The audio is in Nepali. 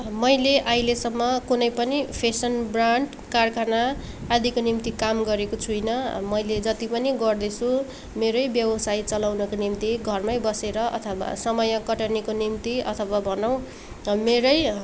मैले अहिलेसम्म कुनै पनि फेसन ब्रान्ड कारखाना आदिको निम्ति काम गरेको छुइनँ मैले जति पनि गर्दैछु मेरै व्यवसाय चलाउनको निम्ति घरमै बसेर अथवा समय कटनीको निम्ति अथवा भनौँ मेरै